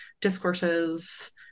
discourses